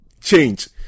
change